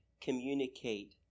communicate